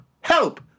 help